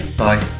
bye